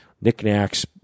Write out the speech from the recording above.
knickknacks